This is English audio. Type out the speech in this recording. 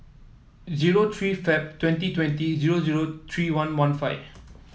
zero three Feb twenty twenty zero zero three one one five